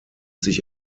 sich